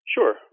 Sure